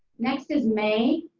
next is may.